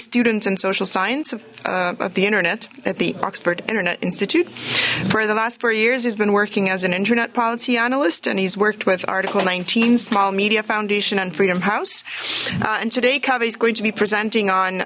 students and social science of the internet at the oxford internet institute for the last four years he's been working as an internet policy analyst and he's worked with article nineteen small media foundation and freedom house and today covey is going to be presenting on